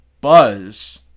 buzz